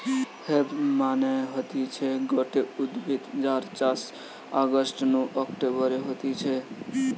hemp মানে হতিছে গটে উদ্ভিদ যার চাষ অগাস্ট নু অক্টোবরে হতিছে